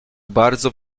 bardzo